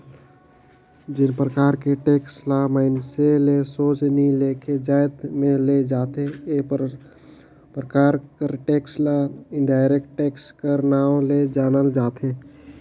जेन परकार के टेक्स ल मइनसे ले सोझ नी लेके जाएत में ले जाथे ए परकार कर टेक्स ल इनडायरेक्ट टेक्स कर नांव ले जानल जाथे